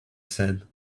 said